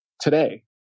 today